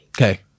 Okay